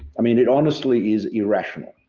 i mean, it honestly is irrational.